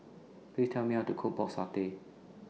Please Tell Me How to Cook Pork Satay